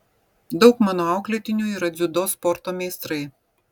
daug mano auklėtinių yra dziudo sporto meistrai